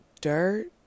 dirt